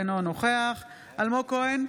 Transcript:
אינו נוכח אלמוג כהן,